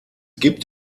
gibt